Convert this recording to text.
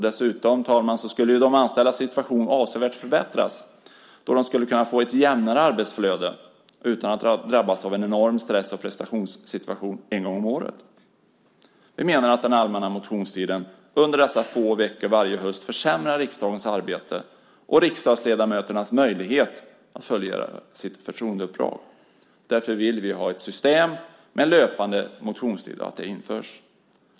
Dessutom, herr talman, skulle de anställdas situation avsevärt förbättras, då de skulle kunna få ett jämnare arbetsflöde utan att drabbas av en enorm stress och prestationssituation en gång om året. Vi menar att den allmänna motionstiden under dessa få veckor varje höst försämrar riksdagens arbete och riksdagsledamöternas möjlighet att fullgöra sitt förtroendeuppdrag. Därför vill vi att ett system med löpande motionstid införs.